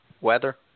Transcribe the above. weather